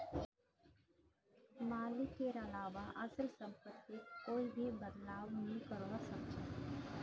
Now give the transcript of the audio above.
मालिकेर अलावा अचल सम्पत्तित कोई भी बदलाव नइ करवा सख छ